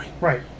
Right